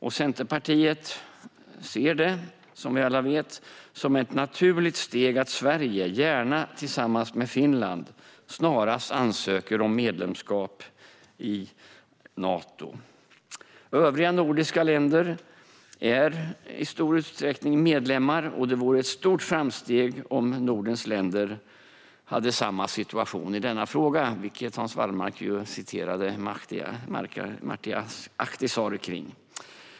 Centerpartiet ser det, som vi alla vet, som ett naturligt steg att Sverige, gärna tillsammans med Finland, snarast ansöker om medlemskap i Nato. Övriga nordiska länder är i stor utsträckning medlemmar, och det vore ett stort framsteg om Nordens länder befann sig i samma situation i denna fråga. Hans Wallmark citerade Martti Ahtisaari i frågan.